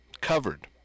covered